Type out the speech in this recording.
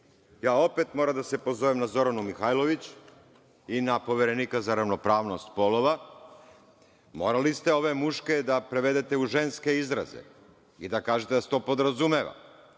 opet moram da se pozovem na Zoranu Mihajlović i na Poverenika za ravnopravnost polova. Morali ste ove muške da prevedete u ženske izraze i da kažete da se to podrazumeva.